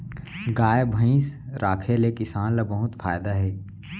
गाय भईंस राखे ले किसान ल बहुत फायदा हे